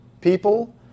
people